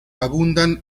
abundan